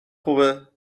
خوبه